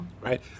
Right